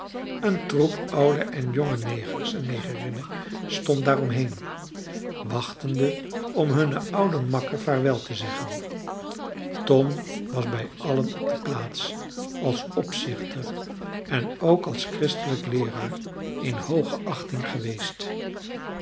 een troep oude en jonge negers en negerinnen stond daaromheen wachtende om hunnen ouden makker vaarwel te zeggen tom was bij allen op de plaats als opzichter en ook als christelijk leeraar in hooge achting geweest